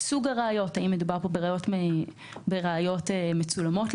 סוג הראיות האם מדובר בראיות מצולמות,